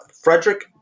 Frederick